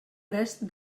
res